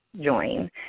join